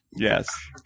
Yes